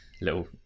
little